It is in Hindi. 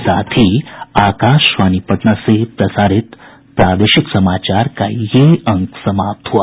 इसके साथ ही आकाशवाणी पटना से प्रसारित प्रादेशिक समाचार का ये अंक समाप्त हुआ